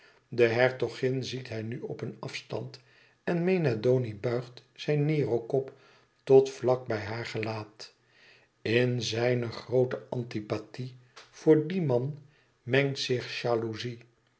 de hertogin ziet hij nu op een afstand en mena doni buigt zijn nero kop tot vlak bij haar gelaat in zijne groote antipathie voor dien man mengt zich jalouzie